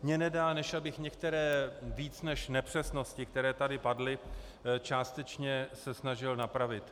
Mně nedá, než abych některé více než nepřesnosti, které tady padly, částečně se snažil napravit.